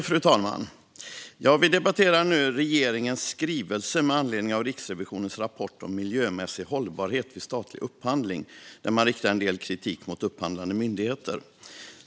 Fru talman! Vi ska nu debattera regeringens skrivelse med anledning av Riksrevisionens rapport om miljömässig hållbarhet vid statlig upphandling, där man riktar en del kritik mot upphandlande myndigheter.